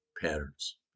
patterns